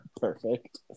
perfect